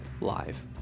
Live